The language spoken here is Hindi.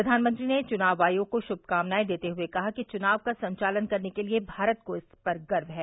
प्रधानमंत्री ने चुनाव आयोग को शुभकामनाएं देते हुए कहा कि चुनाव का संचालन करने के लिए भारत को इस पर गर्व है